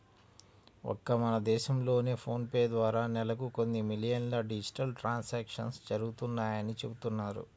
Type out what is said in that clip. ఒక్క మన దేశంలోనే ఫోన్ పే ద్వారా నెలకు కొన్ని మిలియన్ల డిజిటల్ ట్రాన్సాక్షన్స్ జరుగుతున్నాయని చెబుతున్నారు